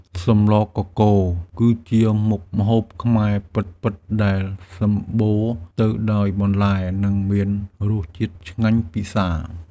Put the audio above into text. សម្លកកូរគឺជាមុខម្ហូបខ្មែរពិតៗដែលសម្បូរទៅដោយបន្លែ និងមានរសជាតិឆ្ងាញ់ពិសា។